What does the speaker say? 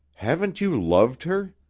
haven't you loved her?